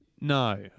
No